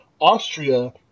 Austria